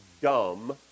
dumb